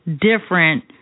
different